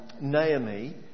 Naomi